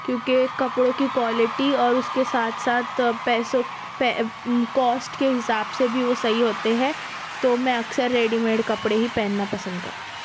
کیوںکہ کپڑوں کی کوالٹی اور اُس کے ساتھ ساتھ پیسوں کوسٹ کے حساب سے بھی وہ صحیح ہوتے ہیں تو میں اکثر ریڈی میڈ کپڑے ہی پہننا پسند کرتی ہوں